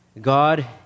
God